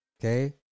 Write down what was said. Okay